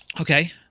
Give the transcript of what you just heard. Okay